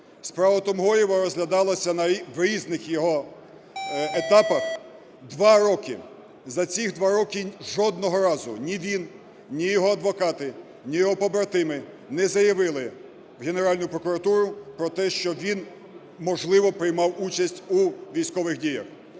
Справа Тумгоєва розглядалася в різних його етапах два роки. За ці два роки жодного разу ні він, ні його адвокати, ні його побратими не заявили в Генеральну прокуратуру про те, що він можливо приймав участь у військових діях.